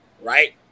right